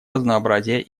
разнообразия